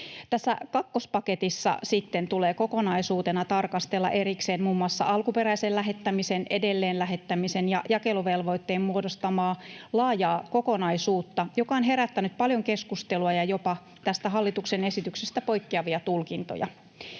Tässä kakkospaketissa sitten tulee kokonaisuutena tarkastella erikseen muun muassa alkuperäisen lähettämisen, edelleenlähettämisen ja jakeluvelvoitteen muodostamaa laajaa kokonaisuutta, joka on herättänyt paljon keskustelua ja jopa tästä hallituksen esityksestä poikkeavia tulkintoja.